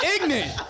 ignorant